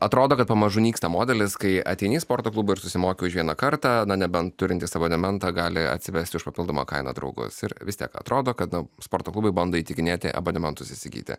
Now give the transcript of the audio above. atrodo kad pamažu nyksta modelis kai ateini į sporto klubą ir susimoki už vieną kartą na nebent turintis abonementą gali atsivesti už papildomą kainą draugus ir vis tiek atrodo kad sporto klubai bando įtikinėti abonementus įsigyti